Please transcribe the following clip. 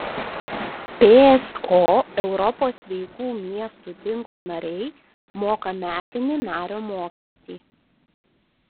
pso europos sveikų miestų tinklo nariai moka metinį nario mokestį